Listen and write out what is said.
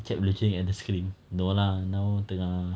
kept looking at the screen no lah now tengah